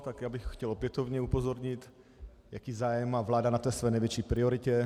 Tak já bych chtěl opětovně upozornit, jaký zájem má vláda na té své největší prioritě.